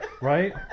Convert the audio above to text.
right